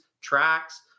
tracks